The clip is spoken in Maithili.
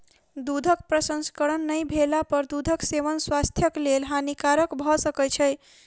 दूधक प्रसंस्करण नै भेला पर दूधक सेवन स्वास्थ्यक लेल हानिकारक भ सकै छै